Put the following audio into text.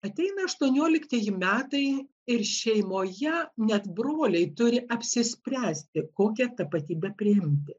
ateina aštuonioliktieji metai ir šeimoje net broliai turi apsispręsti kokią tapatybę priimti